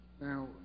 now